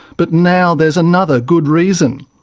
but now there's another good reason.